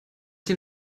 den